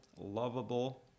lovable